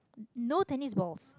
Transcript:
no tennis balls